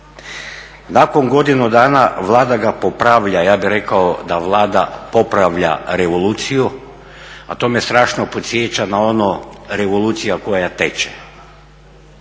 Nakon godinu dana Vlada ga popravlja ja bih rekao da Vlada popravlja revoluciju, a to me strašno podsjeća na ono revolucija koja teče.